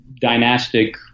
dynastic